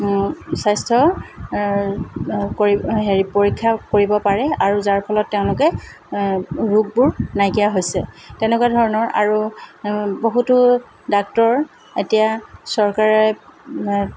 স্বাস্থ্য কৰিব হেৰি পৰীক্ষা কৰিব পাৰে আৰু যাৰ ফলত তেওঁলোকে ৰোগবোৰ নাইকিয়া হৈছে তেনেকুৱা ধৰণৰ আৰু বহুতো ডাক্টৰ এতিয়া চৰকাৰে